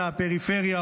מהפריפריה,